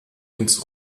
ins